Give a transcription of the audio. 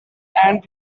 and